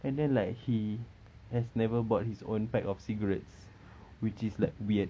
and then like he has never bought his own pack of cigarettes which is like weird